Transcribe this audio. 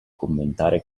commentare